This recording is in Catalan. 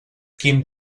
quin